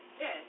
Yes